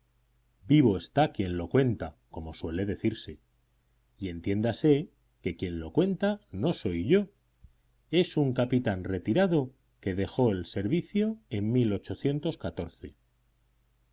vivo está quien lo cuenta como suele decirse y entiéndase que quien lo cuenta no soy yo es un capitán retirado que dejó el servicio en hoy